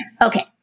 Okay